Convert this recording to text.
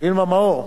וילמה מאור,